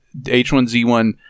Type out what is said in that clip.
H1Z1